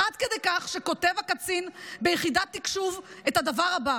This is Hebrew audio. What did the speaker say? עד כדי כך שכותב הקצין ביחידת תקשוב את הדבר הבא,